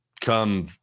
come